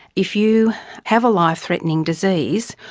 if you have a life-threatening disease,